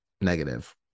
negative